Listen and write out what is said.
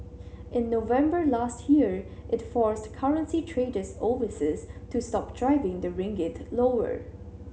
in November last year it forced currency traders overseas to stop driving the ringgit lower